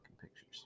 pictures